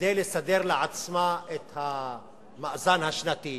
כדי לסדר לעצמה את המאזן השנתי.